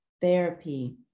therapy